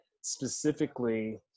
specifically